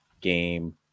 game